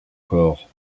corps